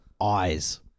eyes